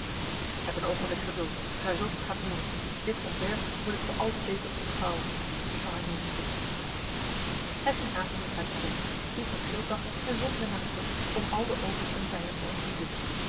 heb een ogenblik geduld gij zult het gaan horen dit ontwerp moet ik voor al de dekens ontvouwen ik zal hen doen roepen hij ging haastiglijk uit de tent riep een schildwacht en zond hem naar het bos om al de oversten bij hem te ontbieden